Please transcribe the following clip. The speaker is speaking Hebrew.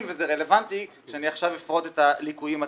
וזה רלבנטי שאני עכשיו אפרוט את הליקויים עצמם.